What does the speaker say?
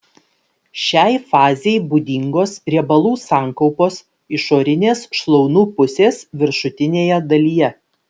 šiai fazei būdingos riebalų sankaupos išorinės šlaunų pusės viršutinėje dalyje